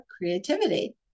creativity